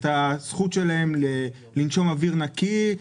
את הזכות שלהם לנשום אוויר נקי,